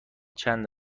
چند